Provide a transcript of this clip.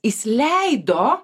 jis leido